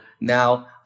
Now